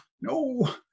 no